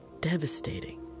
devastating